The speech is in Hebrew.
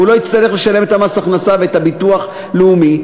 הוא לא יצטרך לשלם את מס ההכנסה ואת הביטוח הלאומי.